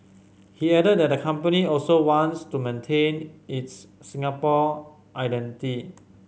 he added that the company also wants to maintain its Singaporean identity